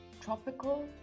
tropical